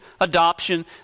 adoption